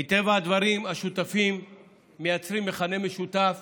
מטבע הדברים, השותפים מייצרים מכנה משותף